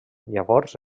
llavors